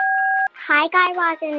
hi, guy raz and